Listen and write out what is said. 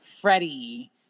Freddie